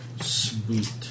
Sweet